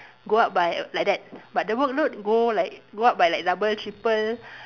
go up by like that but the workload go like go up by like double triple